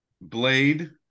Blade